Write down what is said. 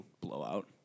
Blowout